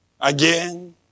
again